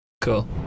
Cool